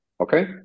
Okay